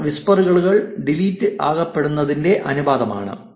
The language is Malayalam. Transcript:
ഇത് വിസ്പറുകൾ ഡിലീറ്റ് ആകപെടുന്നതിന്റെ അനുപാതമാണ്